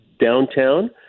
downtown